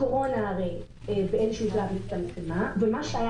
הקורונה באיזה שלב הצטמצמה ומה שהיה